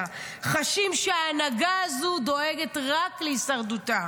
חשים שההנהגה הזאת דואגת רק להישרדותה.